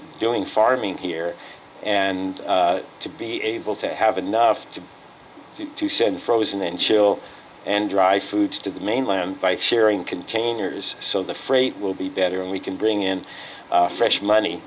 doing farming here and to be able to have enough to do to send frozen and chill and dry foods to the mainland by sharing containers so the freight will be better and we can bring in fresh money